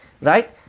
Right